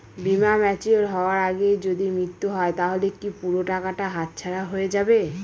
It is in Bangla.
বীমা ম্যাচিওর হয়ার আগেই যদি মৃত্যু হয় তাহলে কি পুরো টাকাটা হাতছাড়া হয়ে যাবে?